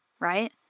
right